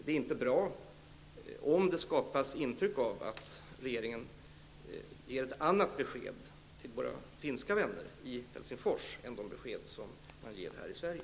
Det är inte bra om det skapas intryck av att regeringen ger ett annat besked till våra finska vänner i Helsingfors än de besked som den ger här i Sverige.